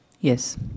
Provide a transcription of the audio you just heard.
Yes